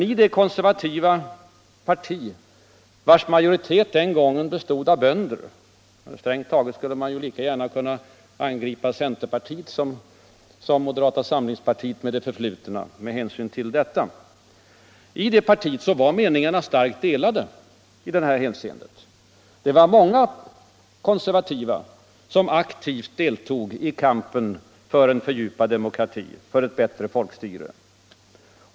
I det konservativa parti vars majoritet den gången bestod av bönder — strängt taget skulle man lika gärna kunna angripa centerpartiet som moderata samlingspartiet för det förflutna med hänsyn till detta — var meningarna starkt delade i detta hänseende. Det var många konservativa som aktivt deltog i kampen för en fördjupad demokrati, för ett bättre folkstyre.